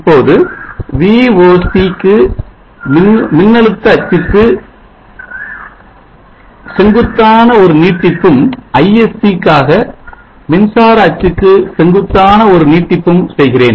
இப்போது VOC க்காக மின்னழுத்த அச்சுக்கு செங்குத்தான ஒரு நீட்டிப்பும் ISC க்காக மின்சார அச்சுக்கு செங்குத்தான ஒரு நீட்டிப்பும் செய்கிறேன்